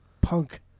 punk